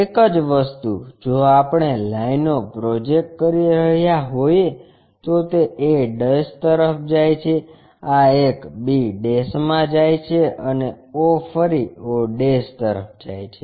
એક જ વસ્તુ જો આપણે લાઇનો પ્રોજેક્ટ કરી રહ્યા હોઈએ તો તે a તરફ જાય છે આ એક b માં જાય છે અને o ફરી o તરફ જાય છે